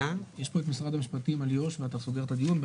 יש את משרד המשפטים בנושא יהודה ושומרון ותוכל לסגור את הדיון ב-16:00.